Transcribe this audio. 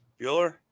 Bueller